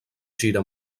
gira